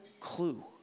clue